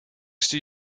stuur